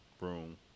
room